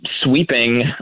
sweeping